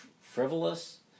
frivolous